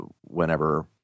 whenever